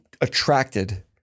attracted